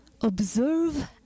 observe